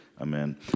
Amen